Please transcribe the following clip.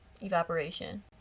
Evaporation